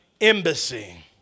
embassy